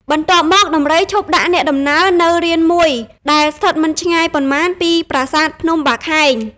បន្ទាប់មក ដំរីឈប់ដាក់អ្នកដំណើរនៅរានមួយដែលស្ថិតមិនឆ្ងាយប៉ុន្មានពីប្រាសាទ ភ្នំបាខែង ។